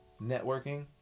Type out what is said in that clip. networking